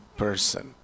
person